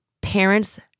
parents